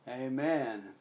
Amen